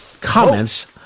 comments